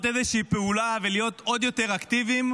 איזה פעולה ולהיות עוד יותר אקטיביים,